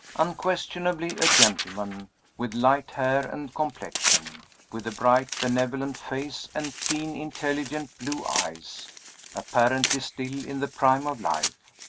unquestionably a gentleman with light hair and complexion with a bright benevolent face and keen intelligent blue eyes apparently still in the prime of life.